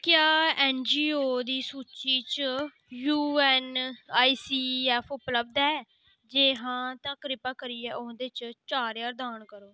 क्या N G Os दी सूची च U N I C F उपलब्ध ऐ जे हां तां कृपा करियै ओह्दे च चार ज्हार दान करो